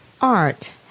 Art